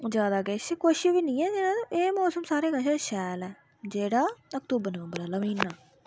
जादै किश कुछ बी निं ऐ एह् मौसम सारें कशा शैल ऐ जेह्ड़ा अक्तूबर नवंबर दा म्हीना